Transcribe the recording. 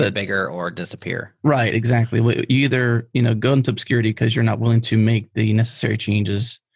ah bigger or disappear right. exactly. either you know going to obscurity because you're not willing to make the necessary changes,